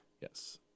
Yes